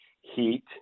heat